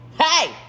hey